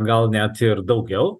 gal net ir daugiau